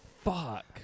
Fuck